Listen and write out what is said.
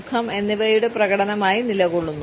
ഖം എന്നിവയുടെ പ്രകടനമായി നിലകൊള്ളുന്നു